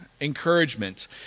Encouragement